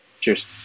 Cheers